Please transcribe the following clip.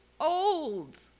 old